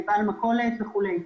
בעל מכולת וכו'.